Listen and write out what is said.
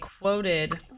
quoted